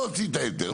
לא הוציא את ההיתר,